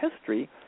history